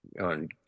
on